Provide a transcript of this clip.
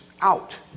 out